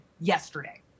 yesterday